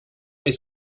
est